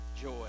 Joy